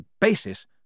basis—